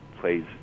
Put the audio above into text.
plays